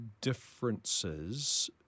differences